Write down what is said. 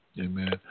Amen